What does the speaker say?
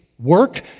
work